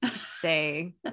say